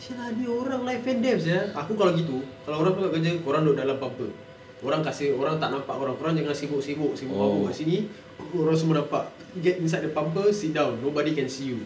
[sial] ah ni orang life and death sia aku kalau gitu kalau orang tu buat kerja korang duduk dalam apa-apa orang kasi orang tak nampak orang korang jangan sibuk-sibuk mabuk kat sini semua orang nampak get inside the pumper sit down nobody can see you